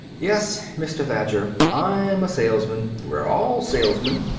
yes, mr. thacher. i'm a salesman. we're all salesmen,